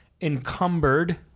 encumbered